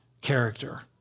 character